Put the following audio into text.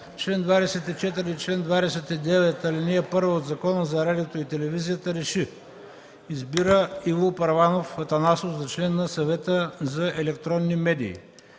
чл. 24 и чл. 29, ал. 1 от Закона за радиото и телевизията РЕШИ: Избира Иво Първанов Атанасов за член на Съвета за електронни медии.”